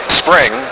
spring